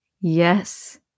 Yes